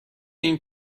این